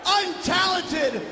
untalented